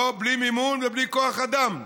בלי מימון ובלי כוח אדם.